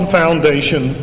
foundation